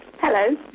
Hello